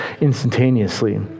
instantaneously